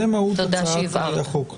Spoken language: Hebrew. זו מהות הצעת החוק,